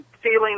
feeling